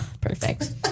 Perfect